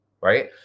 right